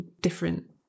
different